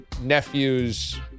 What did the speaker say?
nephew's